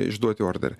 išduoti orderį